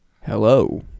Hello